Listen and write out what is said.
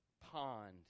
pond